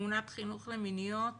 ממונת חינוך למיניות